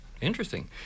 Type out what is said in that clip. Interesting